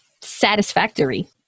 satisfactory